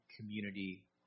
community